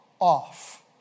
off